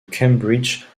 cambridge